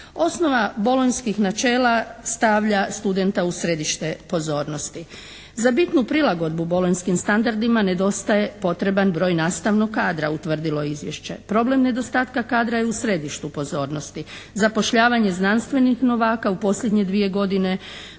Osnova bolonjskih načela stavlja studenta u središte pozornosti. Za bitnu prilagodbu bolonjskim standardima nedostaje potreban broj nastavnog kadra utvrdilo je izvješće. Problem nedostatka kadra je u središtu pozornosti. Zapošljavanje znanstvenih novaka u posljednje dvije godine